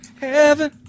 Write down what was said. Heaven